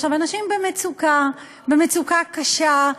עכשיו, לאנשים במצוקה, מצוקה קשה,